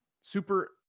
super